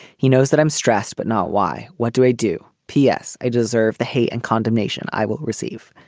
he knows that i'm stressed, but not why. what do i do? p s. i deserve the hate and condemnation i will receive